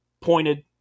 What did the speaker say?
pointed